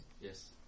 Yes